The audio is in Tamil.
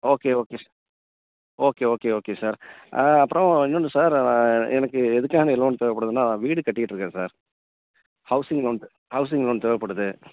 okay okay sir okay okay okay sir அப்புறம் இன்னொன்னு சார் எனக்கு எதுக்காக லோன் தேவைப்படுதுன்னா வீடு கட்டிட்டுருக்கேன் sir housing loan housing loan தேவைப்படுது